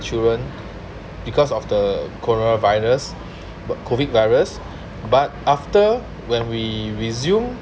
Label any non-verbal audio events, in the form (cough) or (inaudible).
children because of the corona virus (noise) COVID virus but after when we resume